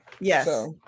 Yes